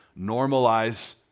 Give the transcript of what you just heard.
normalize